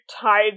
tied